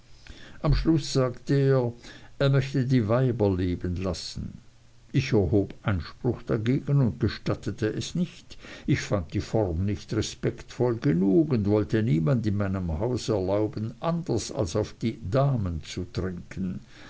am schluß sagte er er möchte die weiber leben lassen ich erhob einspruch dagegen und gestattete es nicht ich fand die form nicht respektvoll genug und wollte niemand in meinem hause erlauben anders als auf die damen zu trinken